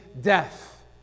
death